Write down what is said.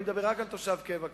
אני מדבר רק על תושב קבע כרגע.